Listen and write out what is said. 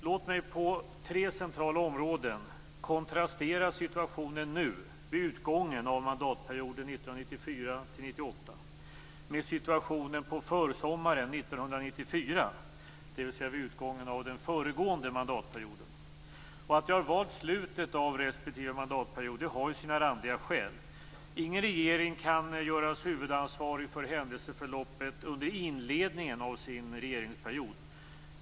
Låt mig på tre centrala områden kontrastera situationen nu, vid utgången av mandatperioden 1994/98, med situationen på försommaren 1994, dvs. vid utgången av den föregående mandatperioden. Att jag valt slutet av respektive mandatperiod har sina randiga skäl. Ingen regering kan göras huvudansvarig för händelseförloppet under inledningen av regeringsperioden.